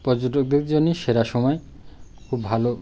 পর্যটকদের জন্যে সেরা সময় খুব ভালো